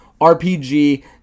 rpg